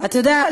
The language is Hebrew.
אתה יודע,